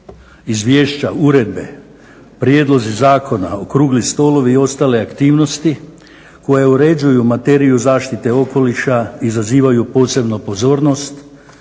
izvješća, uredbe, prijedlozi zakona, okrugli stolovi i ostale aktivnosti koje uređuju materiju zaštite okoliša izazivaju posebno pozornost